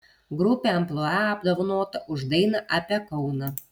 grupė amplua apdovanota už dainą apie kauną